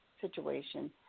situation